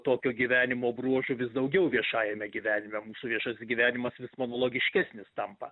tokio gyvenimo bruožų vis daugiau viešajame gyvenime mūsų viešasis gyvenimas vis man logiškesnis tampa